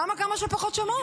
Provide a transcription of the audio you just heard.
למה כמה שפחות שמות?